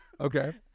okay